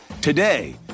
Today